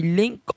link